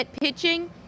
pitching